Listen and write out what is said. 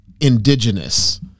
Indigenous